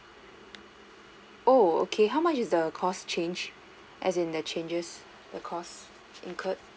oh okay how much is the cost change as in the changes the cost incurred